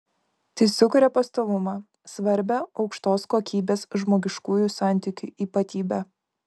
tai sukuria pastovumą svarbią aukštos kokybės žmogiškųjų santykių ypatybę